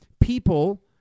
people